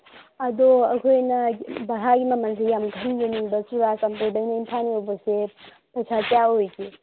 ꯑꯗꯨ ꯑꯩꯈꯣꯏꯅ ꯚꯔꯥꯒꯤ ꯃꯃꯜꯁꯦ ꯌꯥꯝꯁꯦ ꯌꯥꯝ ꯈꯪꯖꯅꯤꯡꯕ ꯆꯨꯔꯆꯥꯟꯄꯨꯔꯗꯒꯤꯅ ꯏꯝꯐꯥꯜ ꯌꯧꯕꯁꯦ ꯄꯩꯁꯥ ꯀꯌꯥ ꯑꯣꯏꯒꯦ